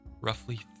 roughly